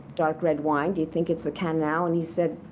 dark red wine. do think it's the cannonau? and he said,